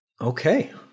Okay